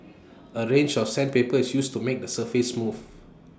A range of sandpaper is used to make the surface smooth